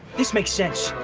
this makes sense.